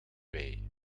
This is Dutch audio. wei